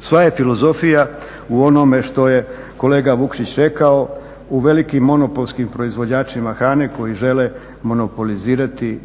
sva je filozofija u onome što je kolega Vukšić rekao, u velikim monopolskim proizvođačima hrane koji žele monopolizirati